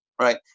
right